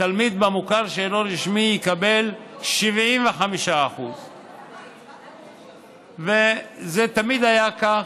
תלמיד במוכר שאינו רשמי יקבל 75%. וזה תמיד היה כך,